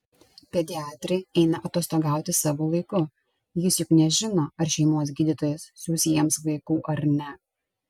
pediatrai eina atostogauti savo laiku jis juk nežino ar šeimos gydytojas siųs jiems vaikų ar ne